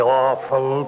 awful